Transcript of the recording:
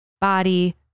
body